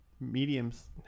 Mediums